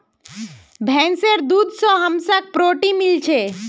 भैंसीर दूध से हमसाक् प्रोटीन मिल छे